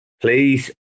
Please